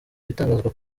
ibitangazwa